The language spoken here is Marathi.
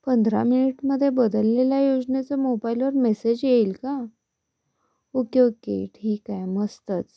पंधरा मिनिटमध्ये बदललेल्या योजनेचं मोबाईलवर मेसेज येईल का ओके ओके ठीक आहे मस्तच